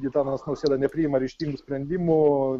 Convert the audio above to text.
gitanas nausėda nepriima ryžtingų sprendimų